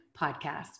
podcast